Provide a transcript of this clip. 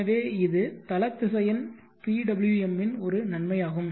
எனவே இது தள திசையன் PWM இன் ஒரு நன்மையாகும்